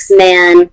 man